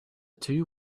two